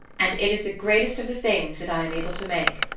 and it is the greatest of the things that i am able to make.